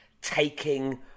taking